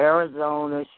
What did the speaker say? Arizona